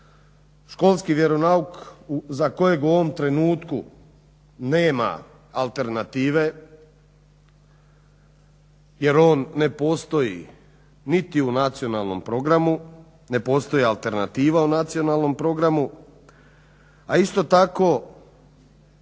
Školski vjeronauk za kojeg u ovom trenutku nema alternative jer on ne postoji niti u nacionalnom programu ne postoji alternativa u nacionalnom programu, a isto tako